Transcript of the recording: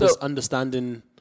Understanding